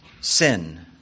sin